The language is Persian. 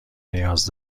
نیاز